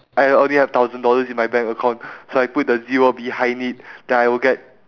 I only have thousand dollars in my bank account so I put a zero behind it then I will get